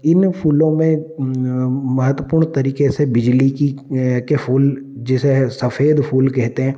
इन फ़ूलो में महत्वपूर्ण तरीके से बिजली की के फ़ूल जैसे है सफ़ेद फ़ूल कहते हैं